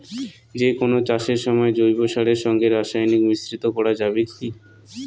যে কোন চাষের সময় জৈব সারের সঙ্গে রাসায়নিক মিশ্রিত করা যাবে কি?